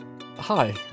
Hi